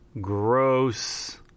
gross